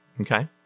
Okay